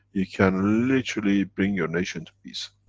you can literally, bring your nation to peace.